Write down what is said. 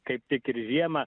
kaip tik ir žiemą